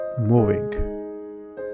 moving